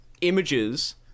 images